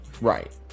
right